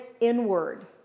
inward